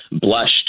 blushed